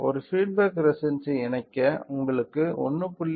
ஒரு feedback resistance ஐ இணைக்க உங்களுக்கு 1